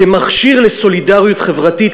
כמכשיר לסולידריות חברתית,